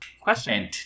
Question